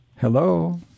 Hello